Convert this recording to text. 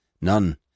None